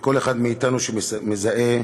וכל אחד מאתנו שמזהה